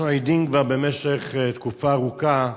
אנחנו עדים, כבר במשך תקופה ארוכה,